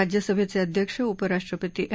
राज्यसभेचे अध्यक्ष उपराष्ट्रपती एम